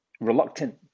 reluctant